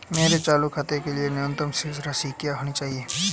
मेरे चालू खाते के लिए न्यूनतम शेष राशि क्या होनी चाहिए?